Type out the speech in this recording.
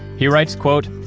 he writes, quote,